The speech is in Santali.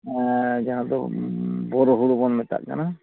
ᱡᱟᱦᱟᱸ ᱫᱚ ᱵᱳᱨᱳ ᱦᱩᱲᱩ ᱵᱚᱱ ᱢᱮᱛᱟᱜ ᱠᱟᱱᱟ